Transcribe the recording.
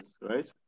right